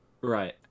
Right